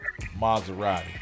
Maserati